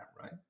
right